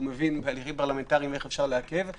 הוא מבין איך אפשר לעכב תהליכים פרלמנטריים.